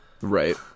Right